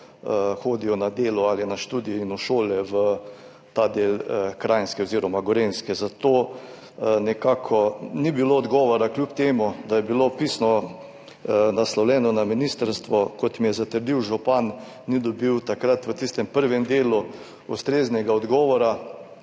hodijo na delo ali na študij in v šole v ta del Kranjske oziroma Gorenjske. Zato nekako ni bilo odgovora, kljub temu da je bilo pisno naslovljeno na ministrstvo. Kot mi je zatrdil župan, ni dobil takrat v tistem prvem delu ustreznega odgovora